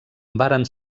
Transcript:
varen